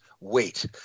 wait